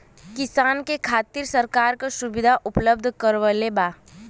किसान के खातिर सरकार का सुविधा उपलब्ध करवले बा?